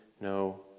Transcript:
no